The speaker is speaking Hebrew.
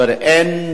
אבל אין,